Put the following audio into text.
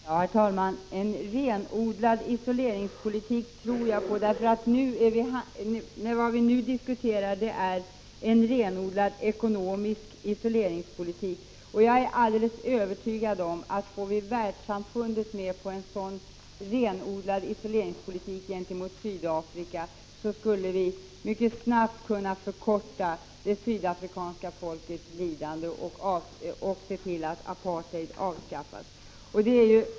Herr talman! En renodlad isoleringspolitik tror jag på därför att vad vi nu diskuterar är en renodlad ekonomisk isolering. Jag är alldeles övertygad om att om vi får världssamfundet med på en renodlad isoleringspolitik gentemot Sydafrika, så kan vi mycket snabbt förkorta det sydafrikanska folkets lidande och åstadkomma att apartheid avskaffas.